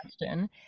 question